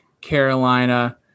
Carolina